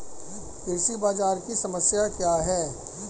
कृषि बाजार की समस्या क्या है?